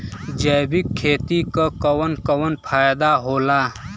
जैविक खेती क कवन कवन फायदा होला?